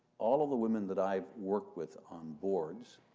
all of the women that i've worked with on boards